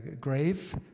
grave